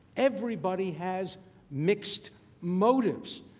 everybody has mixed motives.